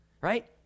right